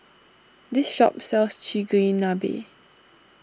this shop sells Chigenabe